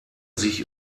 sich